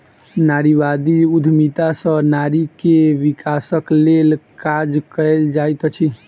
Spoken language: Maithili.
नारीवादी उद्यमिता सॅ नारी के विकासक लेल काज कएल जाइत अछि